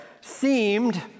seemed